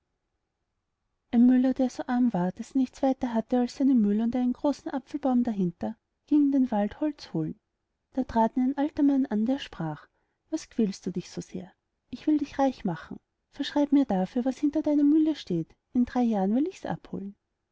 müller der so arm war daß er nichts weiter hatte als seine mühle und einen großen apfelbaum dahinter ging in den wald holz holen da trat ihn ein alter mann an der sprach was quälst du dich so sehr ich will dich reich machen verschreib mir dafür was hinter deiner mühle steht in drei jahren will ichs abholen